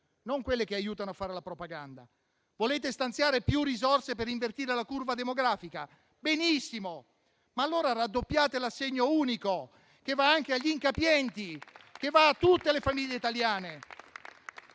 non quelle che aiutano a fare la propaganda. Volete stanziare più risorse per invertire la curva demografica? Benissimo, ma allora raddoppiate l'assegno unico, che va anche agli incapienti e a tutte le famiglie italiane.